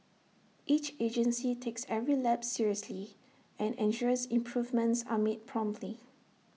each agency takes every lapse seriously and ensures improvements are made promptly